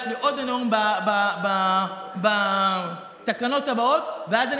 יש לי עוד נאום בתקנות הבאות ואז אני